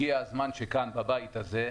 הגיע הזמן שכאן בבית הזה,